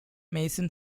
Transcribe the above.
mason